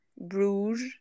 Bruges